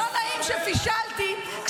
לא נעים שפישלתי באי-תרגום 1,000 כרטיסי סים.